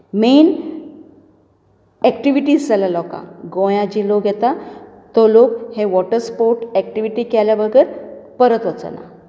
main activity जाल्या लोकांक गोंया जीं लोक येतात ते लोक ही वॉटर स्पोर्ट्स एक्टिविटी केल्या बगर परत वचना